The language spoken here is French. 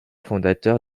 fondateur